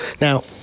Now